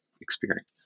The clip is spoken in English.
experience